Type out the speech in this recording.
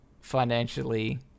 financially